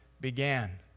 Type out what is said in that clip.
began